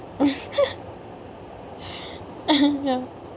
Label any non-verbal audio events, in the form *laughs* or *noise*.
*laughs* ya